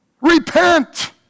Repent